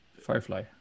Firefly